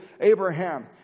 Abraham